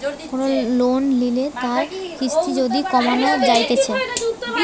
কোন লোন লিলে তার কিস্তি যদি কমানো যাইতেছে